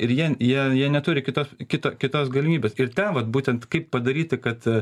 ir jien jie jie neturi kitos kito kitos galimybės kaip tą vat būtent kaip padaryti kad